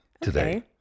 today